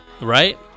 right